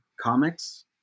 comics